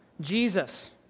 Jesus